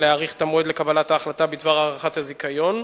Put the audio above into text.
להאריך את המועד לקבלת ההחלטה בדבר הארכת הזיכיון,